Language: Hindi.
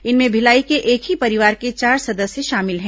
इनमें भिलाई के एक ही परिवार के चार सदस्य शामिल हैं